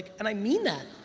and i mean that.